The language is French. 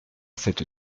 cette